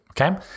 okay